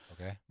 Okay